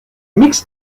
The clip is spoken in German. mixed